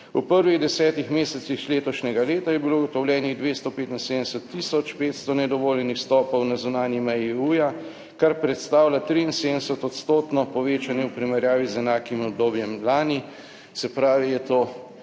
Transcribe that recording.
V prvih desetih mesecih letošnjega leta je bilo ugotovljenih 275 tisoč 500 nedovoljenih vstopov na zunanji meji EU-ja, kar predstavlja 73 % povečanje v primerjavi z enakim obdobjem lani, se pravi, je to